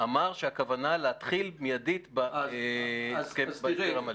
אמר שהכוונה להתחיל מידית בהסדר המלא.